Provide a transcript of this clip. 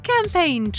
Campaign